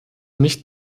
nicht